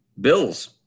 Bills